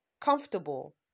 comfortable